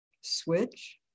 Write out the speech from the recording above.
Switch